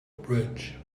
bridge